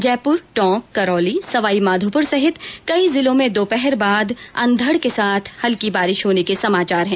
जयपुर टोंक करौली सवाईमाधोपुर सहित कई जिलों में दोपहर बाद अंधड के साथ हल्की बारिश होने के समाचार है